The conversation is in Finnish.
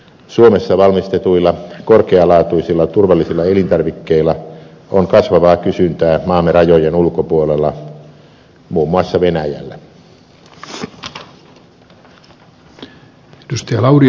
suomessa valmistetuilla korkealaatuisilla turvallisilla elintarvikkeilla on kasvavaa kysyntää maamme rajojen ulkopuolella muun muassa venäjällä